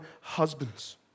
husbands